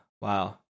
Wow